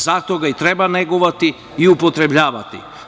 Zato ga i treba negovati i upotrebljavati.